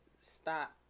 stop